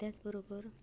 तेच बरोबर